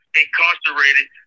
incarcerated